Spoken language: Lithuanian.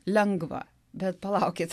lengva bet palaukit